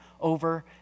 over